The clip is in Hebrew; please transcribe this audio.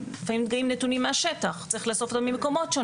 לפעמים מגיעים נתונים מהשטח וצריך לאסוף גם ממקומות שונים.